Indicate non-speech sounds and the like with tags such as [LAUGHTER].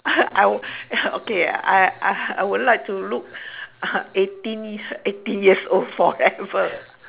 [LAUGHS] I would [LAUGHS] okay I I I would like to look [LAUGHS] eighteen eighteen years old forever